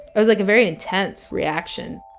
it was, like, a very intense reaction.